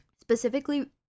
Specifically